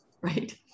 right